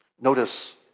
Notice